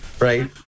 right